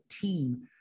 team